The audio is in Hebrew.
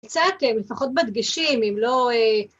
קצת לפחות בדגשים אם לא...